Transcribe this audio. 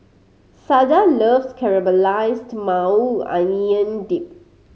Sada loves Caramelized Maui Onion Dip